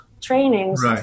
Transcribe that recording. trainings